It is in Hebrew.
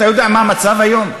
אתה יודע מה המצב היום?